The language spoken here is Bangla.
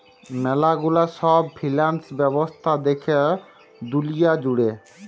ম্যালা গুলা সব ফিন্যান্স ব্যবস্থা দ্যাখে দুলিয়া জুড়ে